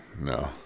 No